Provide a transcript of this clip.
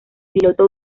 piloto